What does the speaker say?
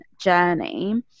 journey